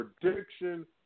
prediction